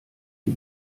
die